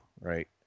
right